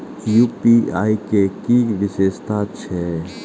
UPI के कि विषेशता छै?